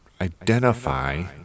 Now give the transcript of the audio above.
identify